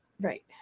Right